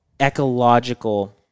ecological